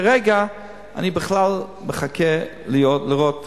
כרגע אני בכלל מחכה לראות